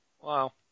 Wow